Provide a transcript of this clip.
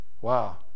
Wow